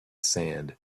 sand